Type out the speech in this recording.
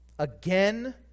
Again